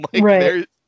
Right